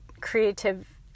creative